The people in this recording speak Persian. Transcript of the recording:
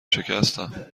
شکستم